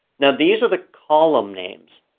now these are the column names,